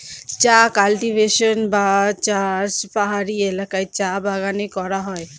চা কাল্টিভেশন বা চাষ পাহাড়ি এলাকায় চা বাগানে করা হয়